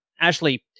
Ashley